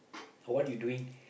what're you doing